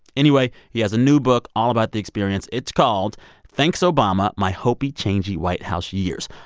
anyway, he has a new book all about the experience. it's called thanks obama my hopey, changey white house years.